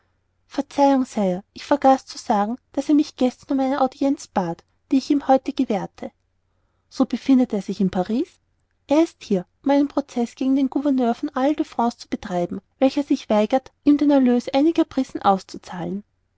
verzeihung sire ich vergaß zu sagen daß er mich gestern um eine audienz bat die ich ihm heut gewährte so befindet er sich in paris er ist hier um einen prozeß gegen den gouverneur von isle de france zu betreiben welcher sich weigert ihm den erlös einiger prisen auszuzahlen